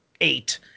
eight